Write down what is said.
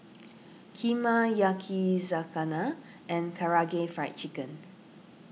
Kheema Yakizakana and Karaage Fried Chicken